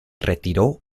retiró